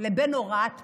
לבין הוראת מנכ"ל.